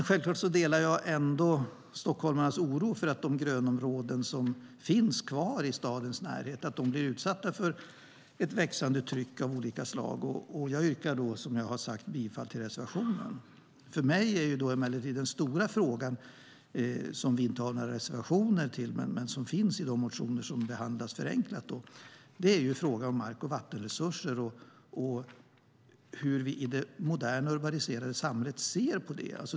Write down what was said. Självklart delar jag ändå Stockholmarnas oro för att de grönområden som finns kvar i stadens närhet blir utsatta för ett växande tryck av olika slag. Jag yrkar alltså bifall till reservationen. För mig är emellertid den stora frågan - som vi inte har några reservationer om men som finns i de motioner som behandlas förenklat - frågan om mark och vattenresurser och hur vi i det moderna, urbaniserade samhället ser på dem.